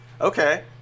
Okay